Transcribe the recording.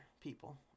people